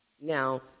Now